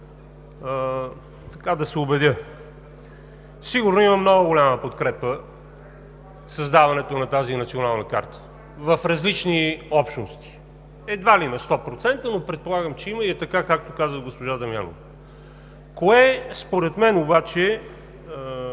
как да се убедя. Сигурно има много голяма подкрепа в създаването на тази национална карта в различни общности – едва ли на сто процента, но предполагам, че има и е така, както казва госпожа Дамянова. Кое според мен обаче